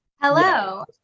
Hello